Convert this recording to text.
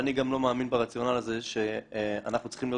ואני גם לא מאמין ברציונל הזה שאנחנו צריכים להיות